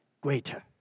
greater